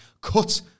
cut